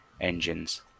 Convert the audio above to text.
engines